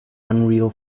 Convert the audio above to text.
unreal